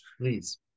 Please